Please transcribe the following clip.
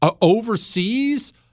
overseas